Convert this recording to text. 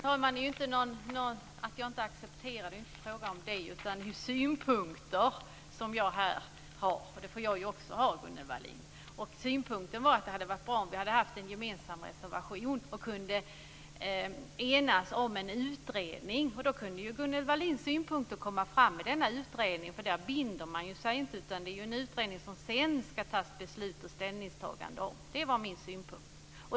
Fru talman! Det är inte fråga om att jag inte accepterar det. Det är synpunkter som jag har här. Det får jag också ha, Gunnel Wallin. Synpunkten var att det hade varit bra om vi haft en gemensam reservation och kunnat enats om en utredning. Då hade Gunnel Wallins synpunkter kunnat komma fram i den utredningen. Där binder man sig inte, utan det är en utredning som man sedan ska fatta beslut om och ta ställning till. Det var min synpunkt.